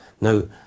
No